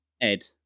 ed